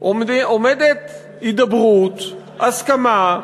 עומדים הידברות, הסכמה,